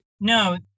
No